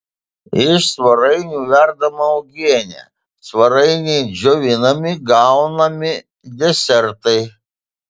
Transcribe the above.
iš svarainių verdama uogienė svarainiai džiovinami gaminami desertai